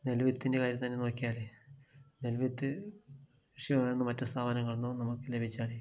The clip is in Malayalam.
നെൽ വിത്തിൻ്റെ കാര്യം തന്നെ നോക്കിയാൽ നെൽ വിത്ത് കൃഷി ഭവനിൽ നിന്നോ മറ്റ് സ്ഥാപനങ്ങളിൽ നിന്നോ നമുക്ക് ലഭിച്ചാൽ